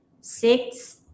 six